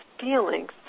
feelings